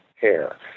hair